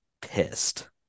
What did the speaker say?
pissed